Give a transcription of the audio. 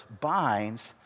binds